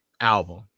album